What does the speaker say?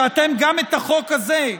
שאתם, גם את החוק הזה,